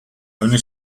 only